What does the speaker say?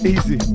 Easy